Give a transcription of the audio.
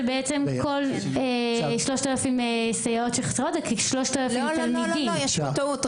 להלן תרגומם: 3,000 סייעות שחסרות זה 3,000 תלמידים.) יש פה טעות.